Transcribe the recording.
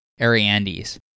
Ariandes